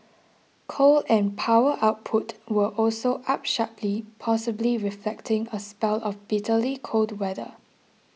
coal and power output were also up sharply possibly reflecting a spell of bitterly cold weather